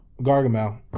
Gargamel